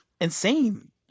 insane